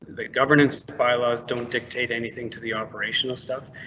the governance bylaws don't dictate anything to the operational stuff.